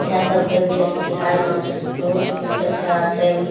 इएह सब होइ छै बिहारमे बहुत किछु अच्छा छै